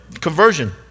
Conversion